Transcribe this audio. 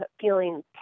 feeling